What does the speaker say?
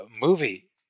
movie